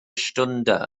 stunde